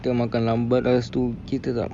kita makan lambat lepas tu kita tak